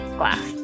glass